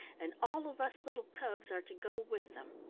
and all of us little cubs are to go with them.